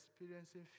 experiencing